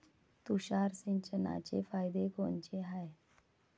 तुषार सिंचनाचे फायदे कोनचे हाये?